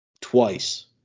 twice